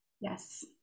Yes